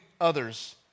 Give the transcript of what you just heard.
others